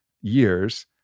years